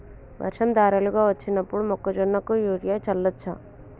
వర్షం ధారలుగా వచ్చినప్పుడు మొక్కజొన్న కు యూరియా చల్లచ్చా?